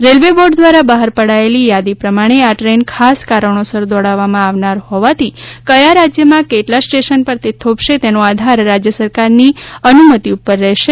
railway board દ્વારા બહાર પડાયેલી યાદી પ્રમાણે આ ટ્રેન ખાસ કારણોસર દોડાવવામાં આવનાર હોવાથી કયા રાજ્યમાં કેટલા સ્ટેશન ઉપર તે થોભશે તેનો આધાર રાજ્ય સરકાર ની અનુમતિ ઉપર રહેશે